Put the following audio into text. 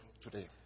today